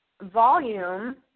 volume